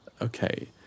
Okay